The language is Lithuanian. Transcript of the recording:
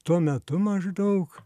tuo metu maždaug